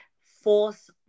force